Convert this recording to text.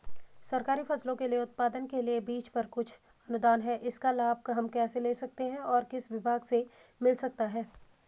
सरकारी फसलों के उत्पादन के लिए बीज पर कुछ अनुदान है इसका लाभ हम कैसे ले सकते हैं और किस विभाग से मिल सकता है?